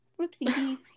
Whoopsie